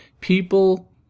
people